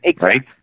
right